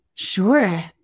Sure